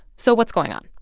so what's going on?